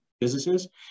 businesses